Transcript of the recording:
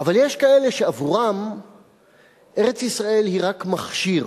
אבל יש כאלה שעבורם ארץ-ישראל היא רק מכשיר,